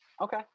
Okay